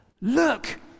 Look